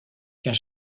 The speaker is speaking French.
qu’un